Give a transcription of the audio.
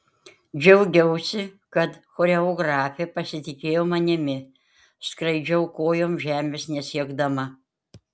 džiaugiausi kad choreografė pasitikėjo manimi skraidžiau kojom žemės nesiekdama